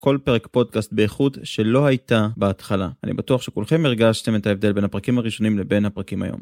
כל פרק פודקאסט באיכות שלא הייתה בהתחלה. אני בטוח שכולכם הרגשתם את ההבדל בין הפרקים הראשונים לבין הפרקים היום.